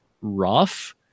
rough